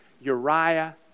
Uriah